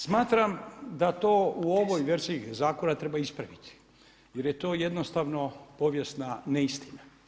Smatram da to u ovoj verziji zakona treba ispraviti jer je to jednostavno povijesna neistina.